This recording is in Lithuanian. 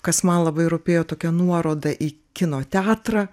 kas man labai rūpėjo tokia nuoroda į kino teatrą